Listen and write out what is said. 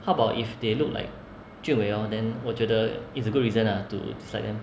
how about if they look like jun wei oh then 我觉得 is a good reason lah to dislike them